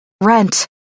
Rent